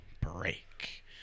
break